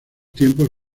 tiempos